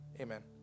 Amen